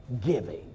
giving